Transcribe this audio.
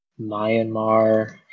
Myanmar